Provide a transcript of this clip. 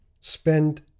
spend